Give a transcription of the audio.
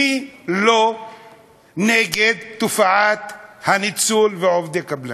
מי לא נגד תופעת הניצול ועובדי קבלן?